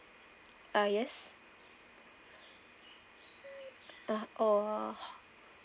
uh yes uh oh